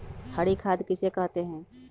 हरी खाद किसे कहते हैं?